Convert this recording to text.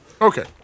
Okay